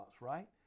right